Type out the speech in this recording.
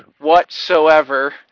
whatsoever